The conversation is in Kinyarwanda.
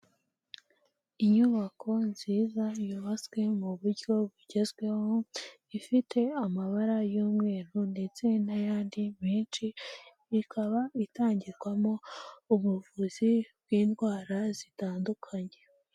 Inyubako nziza yubatswe mu buryo bugezweho, ifite amabara y'umweru ndetse n'ayandi menshi, ikaba itangirwamo ubuvuzi bw'indwara zitandukanye.